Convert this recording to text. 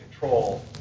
control